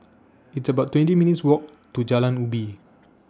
It's about twenty minutes' Walk to Jalan Ubi